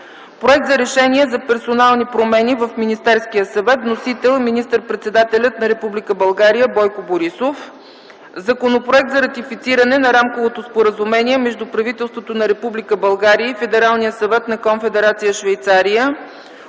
Проект за решение за персонални промени в Министерския съвет. Вносител: министър-председателят на Република България Бойко Борисов; - Законопроект за ратифициране на Рамковото споразумение между правителството на Република България и Федералния съвет на Конфедерация Швейцария